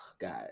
God